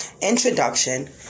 introduction